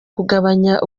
kugabanya